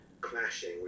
Clashing